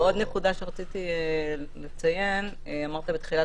עוד נקודה שרציתי לציין אמרת בתחילת